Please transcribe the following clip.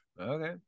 Okay